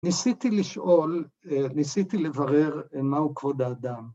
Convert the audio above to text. ‫ניסיתי לשאול, ‫ניסיתי לברר מהו כבוד האדם.